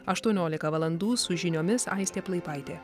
aštuoniolika valdandų su žiniomis aistė plaipaitė